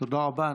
תודה רבה.